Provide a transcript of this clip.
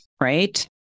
right